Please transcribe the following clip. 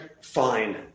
Fine